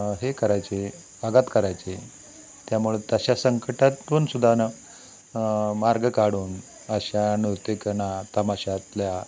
हे करायचे आघात करायचे त्यामुळे तशा संकटातून सुद्धा न मार्ग काढून अशा नृत्यकना तमाशातल्या